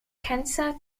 kansas